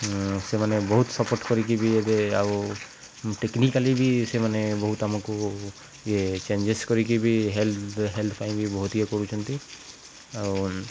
ସେମାନେ ବହୁତ ସପୋର୍ଟ କରିକି ବି ଏବେ ଆଉ ଟେକ୍ନିକାଲି ବି ସେମାନେ ବହୁତ ଆମକୁ ଇଏ ଚେଞ୍ଜେସ୍ କରିକି ବି ହେଲ୍ଥ ହେଲ୍ଥ ପାଇଁ ବି ବହୁତ ଇଏ କରୁଛନ୍ତି ଆଉ